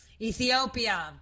Ethiopia